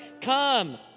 Come